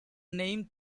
name